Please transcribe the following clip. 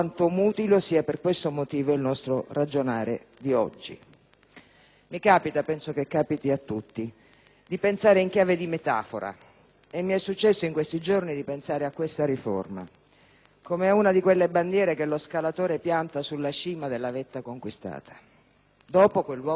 Mi capita - penso che capiti a tutti - di pensare in chiave di metafora e mi è successo in questi giorni di pensare a questa riforma come a una di quelle bandiere che lo scalatore pianta sulla cima della vetta conquistata. Dopo, quel luogo non è più lo stesso: la presenza dell'uomo lo cambia,